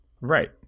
right